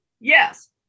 Yes